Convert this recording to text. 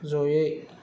जयै